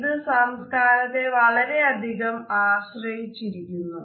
ഇത് സംസ്കാരത്തെ വളരെ അധികം ആശ്രയിച്ചിരിക്കുന്നു